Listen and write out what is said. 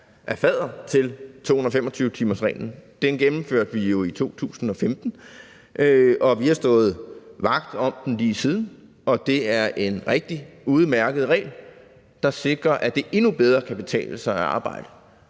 er fadder til 225-timersreglen. Den gennemførte vi jo i 2015, og vi har stået vagt om den lige siden. Det er en rigtig udmærket regel, der sikrer, at det endnu bedre kan betale sig at arbejde.